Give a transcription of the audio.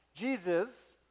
Jesus